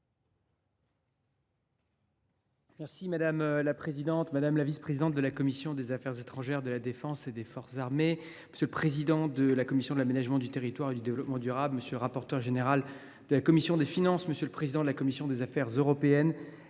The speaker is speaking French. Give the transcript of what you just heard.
Madame la présidente, madame la vice présidente de la commission des affaires étrangères, de la défense et des forces armées, monsieur le président de la commission de l’aménagement du territoire et du développement durable, monsieur le rapporteur général de la commission des finances, monsieur le président de la commission des affaires européennes,